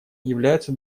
являются